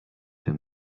him